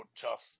tough